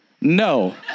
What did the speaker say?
no